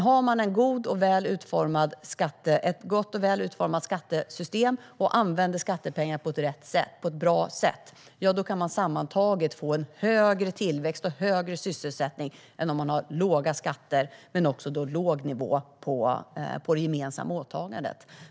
Har man ett gott och väl utformat skattesystem och använder skattepengar på ett bra sätt kan man sammantaget få en högre tillväxt och högre sysselsättning än om man har låga skatter och låg nivå på det gemensamma åtagandet.